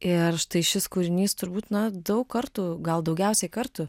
ir štai šis kūrinys turbūt na daug kartų gal daugiausiai kartų